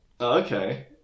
okay